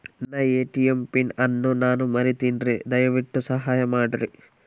ನನ್ನ ATM PIN ಅನ್ನು ನಾನು ಮರಿತಿನ್ರಿ, ದಯವಿಟ್ಟು ಸಹಾಯ ಮಾಡ್ರಿ